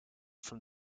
from